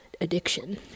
addiction